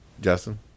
Justin